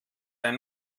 ein